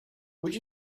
would